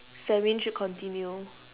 famine should continue